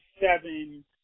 seven